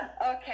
Okay